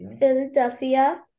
Philadelphia